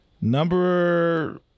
Number